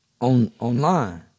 online